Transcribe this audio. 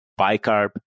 bicarb